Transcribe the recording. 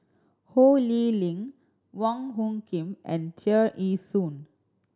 Ho Lee Ling Wong Hung Khim and Tear Ee Soon